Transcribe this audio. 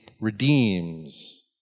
redeems